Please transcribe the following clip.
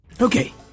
Okay